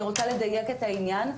אני רוצה לדייק את הענין.